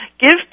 give